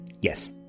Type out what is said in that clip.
Yes